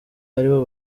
aribo